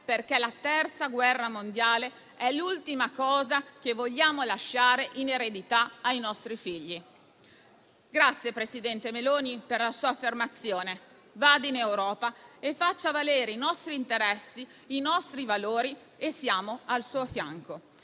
perché la Terza guerra mondiale è l'ultima cosa che vogliamo lasciare in eredità ai nostri figli. Grazie, presidente Meloni, per la sua affermazione: vada in Europa e faccia valere i nostri interessi e i nostri valori, siamo al suo fianco.